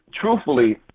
Truthfully